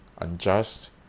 unjust